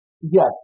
yes